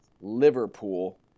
Liverpool